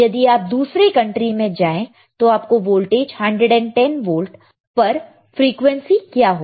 यदि आप दूसरे कंट्री में जाए तो आपको वोल्टेज110 वोल्ट पर फ्रीक्वेंसी क्या होगा